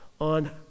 on